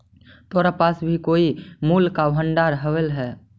तोरा पास भी कोई मूल्य का भंडार हवअ का